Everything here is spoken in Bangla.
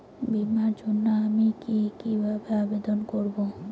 বিমার জন্য আমি কি কিভাবে আবেদন করব?